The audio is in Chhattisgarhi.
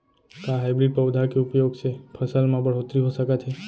का हाइब्रिड पौधा के उपयोग से फसल म बढ़होत्तरी हो सकत हे?